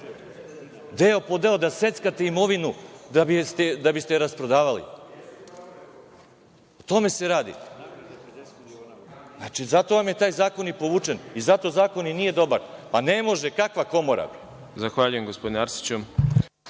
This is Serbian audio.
deo po deo da seckate imovinu da bi ste je rasprodavali. O tome se radi. Znači, zato vam je taj zakon i povučen i zato zakon i nije dobar. Pa, ne može, kakva komora? **Đorđe Milićević**